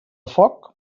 foc